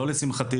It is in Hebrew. לא לשמחתי,